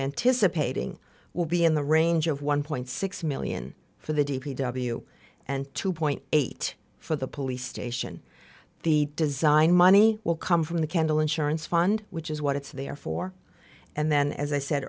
anticipating will be in the range of one point six million for the d p w and two point eight for the police station the design money will come from the kendall insurance fund which is what it's there for and then as i said